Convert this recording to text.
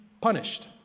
punished